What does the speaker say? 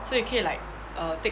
so 你可以 like err take